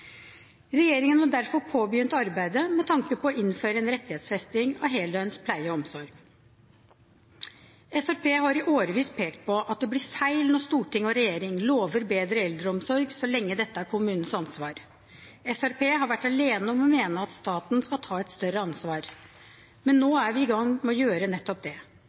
Regjeringen har derfor påbegynt arbeidet med tanke på å innføre en rettighetsfesting av heldøgns pleie og omsorg. Fremskrittspartiet har i årevis pekt på at det blir feil når storting og regjering lover bedre eldreomsorg, så lenge dette er kommunens ansvar. Fremskrittspartiet har vært alene om å mene at staten skal ta et større ansvar. Men nå er vi i gang med å gjøre nettopp det.